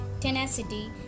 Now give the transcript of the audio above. tenacity